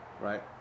Right